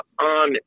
on